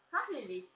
!huh! really